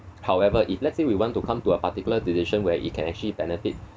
however if let's say we want to come to a particular decision where it can actually benefit